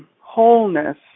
wholeness